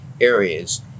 areas